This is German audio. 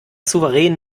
souverän